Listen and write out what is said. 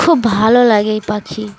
খুব ভালো লাগে এই পাখি